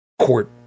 court